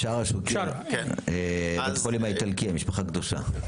בשארה שוקייר, בית החולים האיטלקי, המשפחה הקדושה.